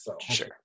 Sure